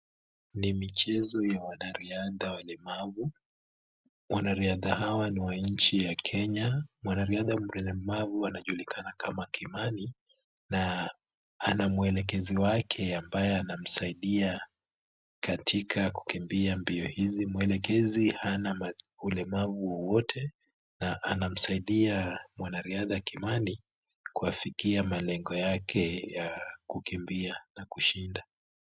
Ni michezo ya wanariadha walemavu, wanariadha hawa ni wa nchi ya Kenya. Mwanariadha mlemavu anajulikana kama Kimani, na ana mwelekezi wake ambaye anamsaidia katika kukimbia mbio hizi. Mwelekezi hana ulemavu wowote na anamsaidia mwanariadha Kimani kuafikia malengo yake ya kukimbia na kushinda.